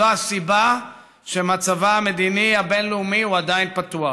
זו הסיבה שמצבה המדיני הבין-לאומי עדיין פתוח.